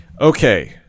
Okay